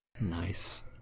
Nice